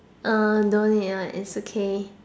uh don't need lah it's okay